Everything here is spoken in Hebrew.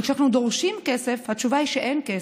וכשאנחנו דורשים כסף, התשובה היא שאין כסף.